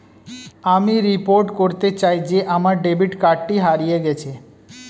আমি রিপোর্ট করতে চাই যে আমার ডেবিট কার্ডটি হারিয়ে গেছে